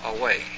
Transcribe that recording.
away